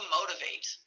motivate